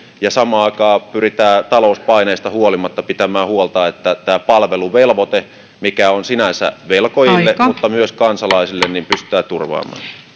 ja samaan aikaan pyrkii talouspaineista huolimatta pitämään huolta että palveluvelvoite mikä on sinänsä velkojille mutta myös kansalaisille pystytään turvaamaan